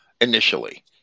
initially